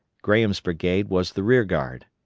graham's brigade was the rear guard.